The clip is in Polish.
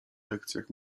lekcjach